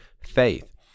faith